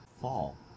Fall